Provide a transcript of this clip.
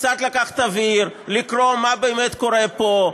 קצת לקחת אוויר, לקרוא מה באמת קורה פה.